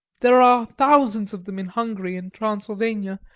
there are thousands of them in hungary and transylvania,